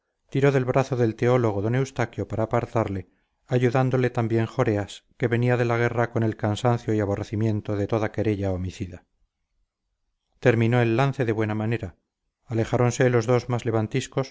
tiró del brazo del teólogo d eustaquio para apartarle ayudándole también joreas que venía de la guerra con el cansancio y aborrecimiento de toda querella homicida terminó el lance de buena manera alejáronse los dos más